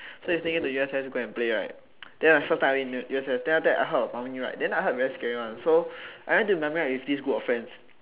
so we sneak into U_S_S to go and play right then the first time I went to U_S_S then I heard of mummy ride then I heard very scary [one] then so I went to mummy ride with this group of friends